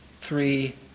three